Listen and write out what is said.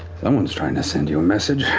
someone's trying to send you a message.